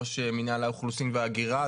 ראש מינהל האוכלוסין וההגירה.